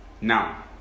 now